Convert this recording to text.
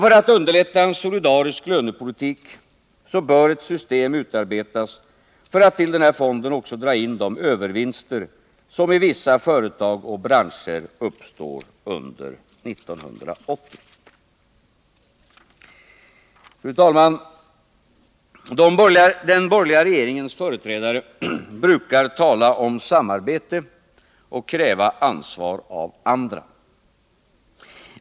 För att underlätta en solidarisk lönepolitik bör ett system utarbetas för att till den här fonden också dra in de övervinster som i vissa företag och branscher uppstår under 1980. Fru talman! Den borgerliga regeringens företrädare brukar tala om samarbete och kräva ansvar av andra.